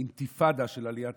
אינתיפאדה של עליות מחירים,